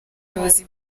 ubuyobozi